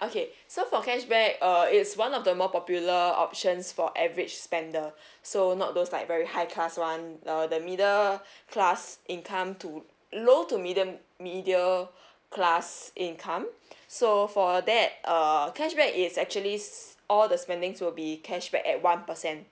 okay so for cashback uh it's one of the more popular options for average spender so not those like very high class one uh the middle class income to low to medium medial class income so for that uh cashback is actually s~ all the spendings will be cashback at one percent